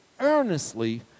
earnestly